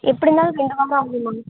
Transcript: எப்படிருந்தாலும் ரெண்டு வாரம் ஆகும் மேம்